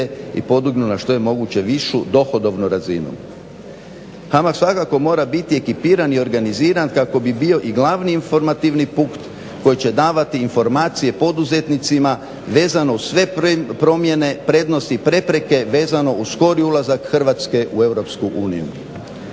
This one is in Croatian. i podignu na što je moguće višu dohodovnu razinu. HAMAG mora svakako mora biti ekipiran i organiziran kako bi bio i glavni informativni punkt koji će davati informacije poduzetnicima vezano uz sve promjene, prednosti i prepreke vezano uz skori ulazak Hrvatske u EU.